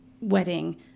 wedding